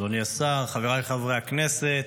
אדוני השר, חבריי חברי הכנסת,